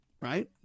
right